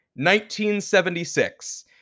1976